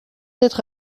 être